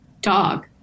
dog